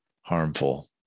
harmful